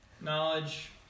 knowledge